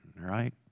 right